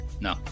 no